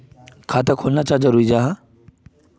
खाता खोलना चाँ जरुरी जाहा?